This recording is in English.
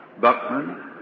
Buckman